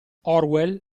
orwell